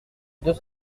deux